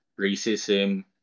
racism